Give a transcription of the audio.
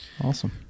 awesome